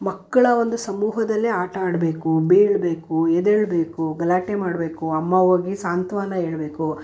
ಮಕ್ಕಳ ಒಂದು ಸಮೂಹದಲ್ಲೇ ಆಟ ಆಡಬೇಕು ಬೀಳಬೇಕು ಎದ್ದೇಳಬೇಕು ಗಲಾಟೆ ಮಾಡಬೇಕು ಅಮ್ಮ ಹೋಗಿ ಸಾಂತ್ವನ ಹೇಳಬೇಕು